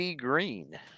green